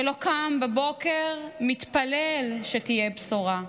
ולא קם בבוקר ומתפלל שתהיה בשורה.